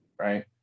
Right